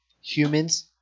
Humans